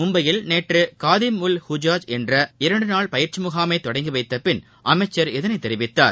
மும்பையில் நேற்று காதிம் உல் ஹுஜாஜ் என்ற இரண்டு நாள் பயிற்சி முகாமைத் தொடங்கி வைத்தபின் அமைச்சர் இதனை தெரிவித்தார்